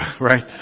Right